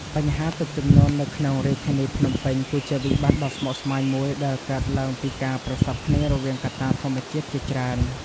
បញ្ហាទឹកជំនន់នៅក្នុងរាជធានីភ្នំពេញ គឺជាវិបត្តិដ៏ស្មុគស្មាញមួយដែលកើតឡើងពីការប្រសព្វគ្នារវាងកត្តាធម្មជាតិជាច្រើន។